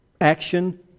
action